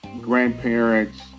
grandparents